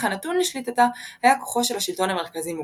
הנתון לשליטתה היה כוחו של השלטון המרכזי מוגבל.